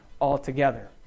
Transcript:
altogether